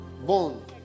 Bone